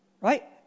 Right